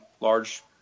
large